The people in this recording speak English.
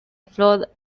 flood